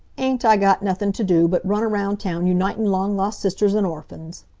ain't i got nothin' t' do but run around town unitin' long lost sisters an' orphans!